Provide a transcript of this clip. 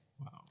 Wow